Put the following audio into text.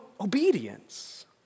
obedience